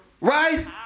Right